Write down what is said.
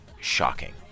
shocking